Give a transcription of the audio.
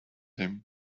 him